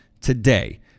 today